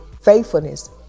faithfulness